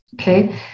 Okay